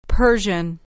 Persian